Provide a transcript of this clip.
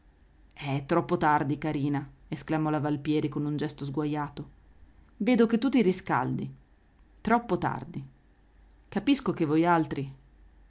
eh troppo tardi carina esclamò la valpieri con un gesto sguajato vedo che tu ti riscaldi troppo tardi capisco che voialtri